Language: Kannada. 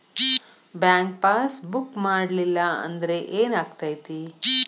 ಬ್ಯಾಂಕ್ ಪಾಸ್ ಬುಕ್ ಮಾಡಲಿಲ್ಲ ಅಂದ್ರೆ ಏನ್ ಆಗ್ತೈತಿ?